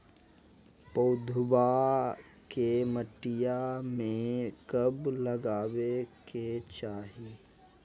पौधवा के मटिया में कब लगाबे के चाही?